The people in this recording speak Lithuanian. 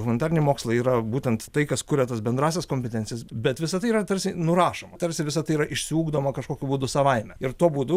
humanitariniai mokslai yra būtent tai kas kuria tas bendrąsias kompetencijas bet visa tai yra tarsi nurašoma tarsi visa tai yra išsiugdoma kažkokiu būdu savaime ir tuo būdu